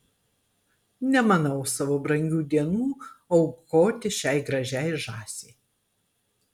nemanau savo brangių dienų aukoti šiai gražiai žąsiai